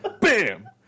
Bam